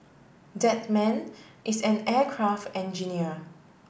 that man is an aircraft engineer